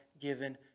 given